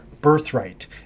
birthright